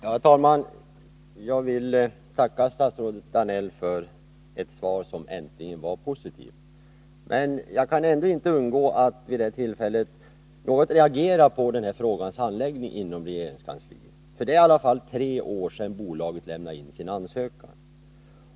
Herr talman! Jag vill tacka statsrådet Danell för ett svar som äntligen var positivt. Jag kan ändå inte undgå att vid detta tillfälle något reagera på frågans 35 handläggning inom regeringskansliet. Det är i alla fall tre år sedan bolaget lämnade in sin ansökan.